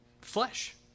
flesh